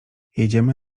jedziemy